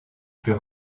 plus